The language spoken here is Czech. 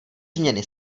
změny